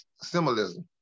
symbolism